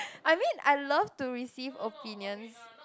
I mean I love to receive opinions